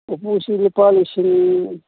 ꯎꯄꯨꯁꯤ ꯂꯨꯄꯥ ꯂꯤꯁꯤꯡ